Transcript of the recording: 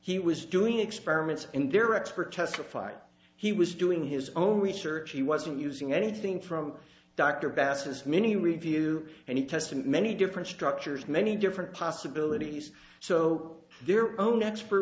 he was doing experiments in their expert testified he was doing his own research he wasn't using anything from dr basters mini review and he tested many different structures many different possibilities so their own expert